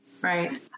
Right